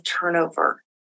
turnover